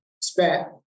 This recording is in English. spent